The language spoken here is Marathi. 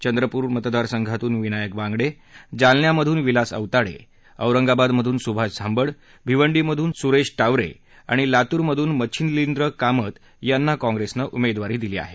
चंद्रपूर मतदारसंघातून विनायक बांगडे जालन्यामधून विलास औताडे औरंगाबादमधून सुभाष झांबड भिवंडीमधून सुरेश मच्छिलिंद्र कामंत यांना काँग्रेसनं उमेदवारी दिली आहे